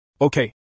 Okay